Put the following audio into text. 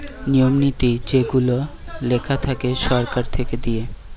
নিয়ম নীতি যেগুলা লেখা থাকে সরকার থেকে দিয়ে